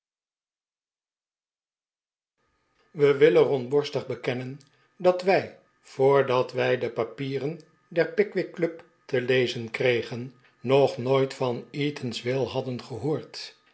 we willen rondborstig bekennen dat wij voordat wij de papieren der pickwick club te lezen kregen nog nooit van eatanswill hadden gehoord